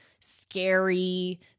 scary